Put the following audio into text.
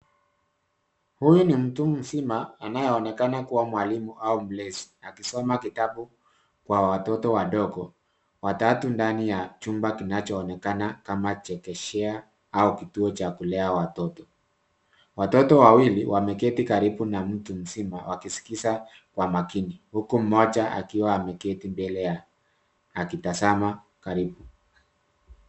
Huyu ni mtu mzima anayeonekana kuwa mwalimu au mlezi. Akisoma kitabu kwa watoto wadogo watatu ndani ya chumba kinachoonekana kama chekechea au kituo cha kulea watoto. Watoto wawili wameketi karibu na mtu mzima, wakisikiza kwa makini. Huku mmoja akiwa ameketi mbele ya akitazama karibu.